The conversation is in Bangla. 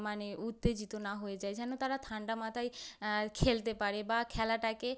মানে উত্তেজিত না হয়ে যায় যেন তারা ঠান্ডা মাথায় খেলতে পারে বা খেলাটাকে